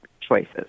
choices